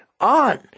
on